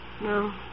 No